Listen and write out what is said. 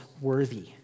worthy